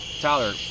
Tyler